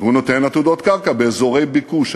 והוא נותן עתודות קרקע באזורי ביקוש.